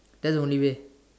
that's the only way